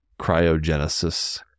cryogenesis